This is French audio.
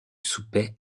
souper